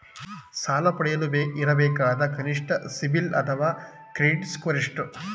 ಸಾಲ ಪಡೆಯಲು ಇರಬೇಕಾದ ಕನಿಷ್ಠ ಸಿಬಿಲ್ ಅಥವಾ ಕ್ರೆಡಿಟ್ ಸ್ಕೋರ್ ಎಷ್ಟು?